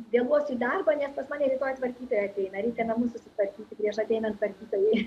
vėluosiu į darbą nes pas mane rytoj tvarkytoja ateina reikia namus susitvarkyti prieš ateinant tvarkytojai